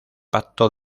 pacto